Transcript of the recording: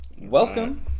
Welcome